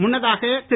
முன்னதாக திரு